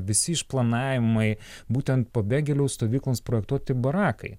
visi išplanavimai būtent pabėgėlių stovykloms projektuoti barakai